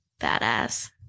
Badass